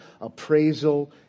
appraisal